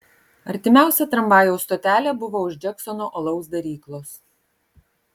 artimiausia tramvajaus stotelė buvo už džeksono alaus daryklos